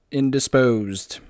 indisposed